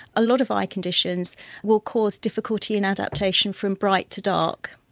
a lot of eye conditions will cause difficulty in adaptation from bright to dark,